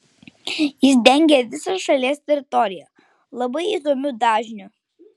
jis dengė visą šalies teritoriją labai įdomiu dažniu